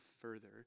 further